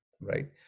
right